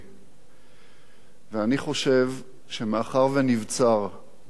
ואני חושב שמאחר שנבצר מאנשי השירות לעמוד